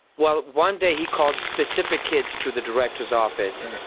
well, one day he called specific kids to the director's office.